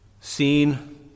seen